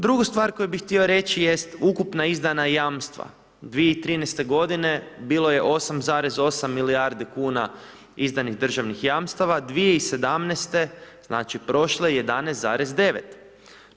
Drugu stvar koju bih htio reći jest ukupna izdana jamstva, 2013. godine bilo je 8,8 milijardi kuna izdanih državnih jamstava, 2017., znači prošle, 11,9.